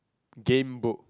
Gamebooks